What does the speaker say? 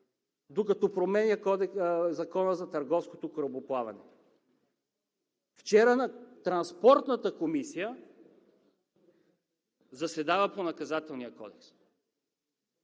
докато променя Закона за търговското корабоплаване. Вчера Транспортната комисия заседава по Наказателния кодекс.